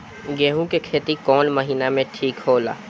गेहूं के खेती कौन महीना में ठीक होला?